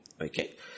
Okay